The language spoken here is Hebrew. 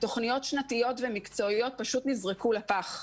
תוכניות שנתיות ומקצועיות פשוט נזרקו לפח.